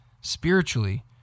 spiritually